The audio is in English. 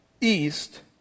east